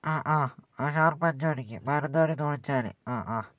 ആ ആ ആ ഷാർപ്പ് അഞ്ചു മണിക്ക് മാനന്തവാടി തോണിച്ചാൽ ആ ആ